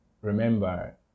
remember